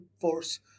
force